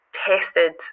tested